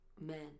Men